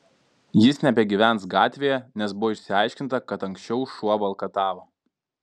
jis nebegyvens gatvėje nes buvo išsiaiškinta kad anksčiau šuo valkatavo